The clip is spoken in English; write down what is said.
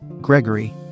Gregory